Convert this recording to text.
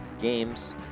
games